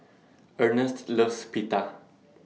Earnest loves Pita